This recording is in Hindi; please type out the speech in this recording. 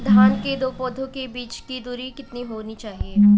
धान के दो पौधों के बीच की दूरी कितनी होनी चाहिए?